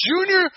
Junior